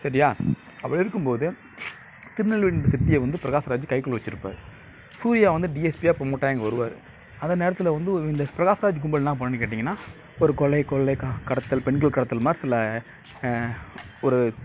சரியா அப்படி இருக்கும்போது திருநெல்வேலிகிற சிட்டியை வந்து பிரகாஷ்ராஜ் கைக்குள்ளே வச்சுருப்பாரு சூர்யா வந்து டிஎஸ்பியாக ப்ரமோட்டாகி இங்கே வருவார் அந்த நேரத்தில் வந்து இந்த பிரகாஷ்ராஜ் கும்பல் என்ன பண்ணுன்னு கேட்டிங்கன்னால் ஒரு கொலைக் கொள்ளை கா கடத்தல் பெண்கள் கடத்தல் மாதிரி சில ஒரு